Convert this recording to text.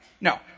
No